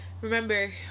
remember